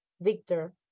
Victor